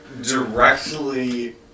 directly